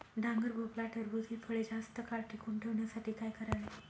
डांगर, भोपळा, टरबूज हि फळे जास्त काळ टिकवून ठेवण्यासाठी काय करावे?